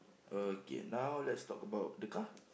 okay now let's talk about the car